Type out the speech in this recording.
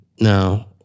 Now